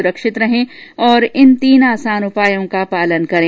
सुरक्षित रहें और इन तीन आसान उपायों का पालन करें